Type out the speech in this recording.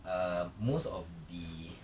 err most of the